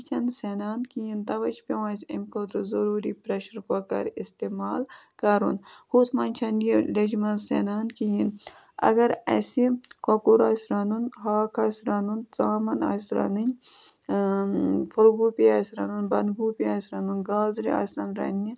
یہِ چھَنہٕ سٮ۪نان کِہیٖنۍ تَوَے چھِ پٮ۪وان اَسہِ اَمہِ خٲطرٕ ضٔروٗری پرٛٮ۪شَر کۄکَر استعمال کَرُن ہُتھ منٛز چھَنہٕ یہِ لیٚجہِ منٛز سٮ۪نان کِہیٖنۍ اگر اَسہِ کۄکُر آسہِ رَنُن ہاکھ آسہِ رَنُن ژامَن آسہِ رَنٕنۍ پھُلگوٗپی آسہِ رَنُن بَنٛدگوٗپی آسہِ رَنُن گازرِ آسَن رَنٛنہِ